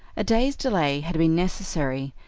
a day's delay had been necessary,